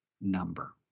number